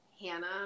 Hannah